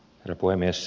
herra puhemies